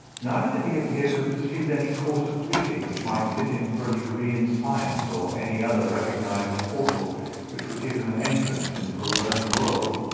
neither did he appear to have pursued any course of reading which might fit him for a degree in science or any other recognized portal which would give him an entrance into the learned world.